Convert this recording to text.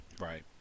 Right